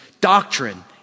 doctrine